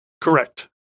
Correct